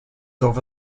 over